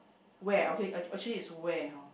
where okay uh actually is where hor